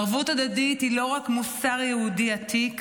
ערבות הדדית היא לא רק מוסר יהודי עתיק,